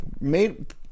made